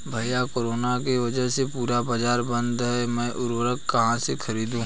भैया कोरोना के वजह से पूरा बाजार बंद है मैं उर्वक कहां से खरीदू?